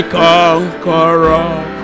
conqueror